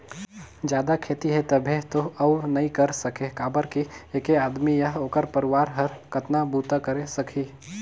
जादा खेती हे तभे तो अउ नइ कर सके काबर कि ऐके आदमी य ओखर परवार हर कतना बूता करे सकही